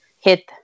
hit